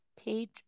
page